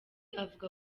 avuga